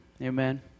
Amen